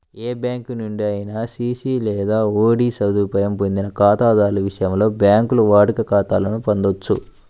ఏ bank నుండి అయినా CC లేదా ఓడి సదుపాయం పొందని ఖాతాదారుల విషయంలో, బ్యాంకులు వాడుక ఖాతాలను పొందొచ్చు